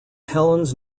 helens